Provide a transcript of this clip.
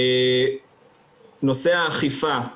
נושא האכיפה,